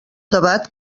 debat